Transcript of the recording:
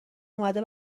اومده